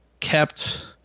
kept